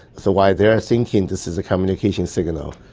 so while they're thinking this is a communication signal,